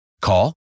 Call